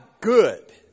good